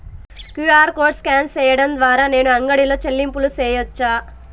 QR code scan సేయడం ద్వారా నేను అంగడి లో చెల్లింపులు సేయొచ్చా?